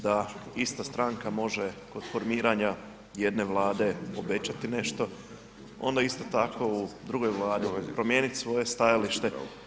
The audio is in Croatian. Da ista stranka može kod formiranja jedne Vlade obećati nešto, onda isto tako u drugoj Vladi promijeniti svoje stajalište.